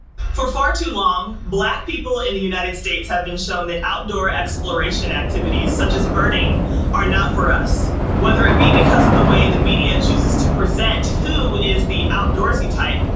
for far too long, black people in the united states have been shown that outdoor exploration activities such as birding are not for us whether it be because of the way the media chooses to present who is the outdoorsy type,